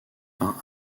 par